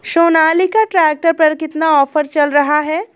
Sonalika tractor पर कितना offer चल रहा है?